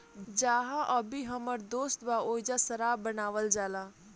जाहा अभी हमर दोस्त बा ओइजा शराब बनावल जाला